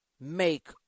make